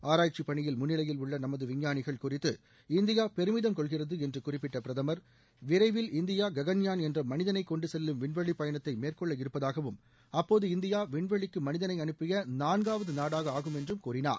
ஆராய்ச்சி பணியில் முன்னிலையில் உள்ள நமது விஞ்ஞானிகள் குறித்து இந்தியா பெருமிதம் கொள்கிறது என்று குறிப்பிட்ட பிரதமா விரைவில் இந்தியா ககன்யான் என்ற மனிதனை கொண்டு செல்லும் விண்வெளி பயணத்தை மேற்கொள்ள இருப்பதாகவும் அப்போது இந்தியா விண்வெளிக்கு மனிதனை அனுப்பிய நான்காவது நாடாக ஆகுமென்றும் கூறினார்